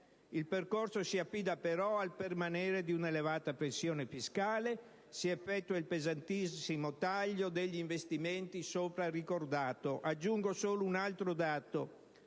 Il percorso si affida però al permanere di un'elevata pressione fiscale. Si effettua il pesantissimo taglio degli investimenti sopra ricordato. Aggiungo solo un altro dato: